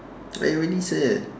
I already said